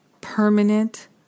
permanent